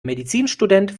medizinstudent